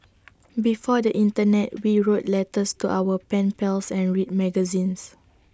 before the Internet we wrote letters to our pen pals and read magazines